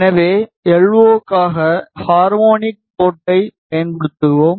எனவே எல்ஓக்காக ஹார்மோனிக் போர்ட்டைப் பயன்படுத்துகிறோம்